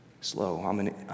slow